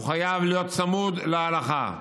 הוא חייב להיות צמוד להלכה.